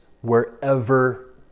wherever